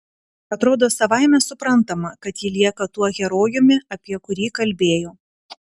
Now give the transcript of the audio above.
atrodo savaime suprantama kad ji lieka tuo herojumi apie kurį kalbėjo